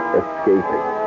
escaping